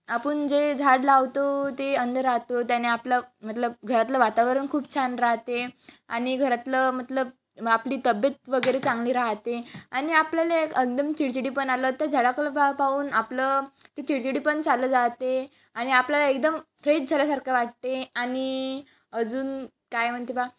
आपण जे झाड लावतो ते अंदर राहतो त्याने आपलं मतलब घरातलं वातावरण खूप छान राहते आणि घरातलं मतलब आपली तब्येत वगैरे चांगली राहते आणि आपल्याला एक अंदर चिडचिडेपण आलं तर झाडाखाली पाहून आपलं ते चिडचिडेपण चाललं जाते आणि आपल्याला एकदम फ्रेश झाल्यासारखं वाटते आणि अजून काय म्हणते बा